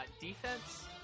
Defense